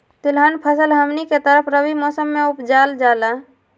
तिलहन फसल हमनी के तरफ रबी मौसम में उपजाल जाला